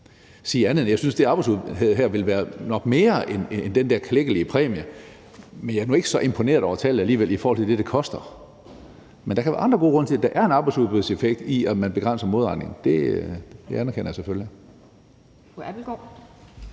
her, end at jeg synes, at det arbejdsudbud nok betyder mere end den der klækkelige præmie, men jeg er nu ikke så imponeret over tallet alligevel i forhold til det, det koster. Men der kan jo være andre gode grunde til, at der er en arbejdsudbudseffekt i, at man begrænser modregningen – det anerkender jeg selvfølgelig.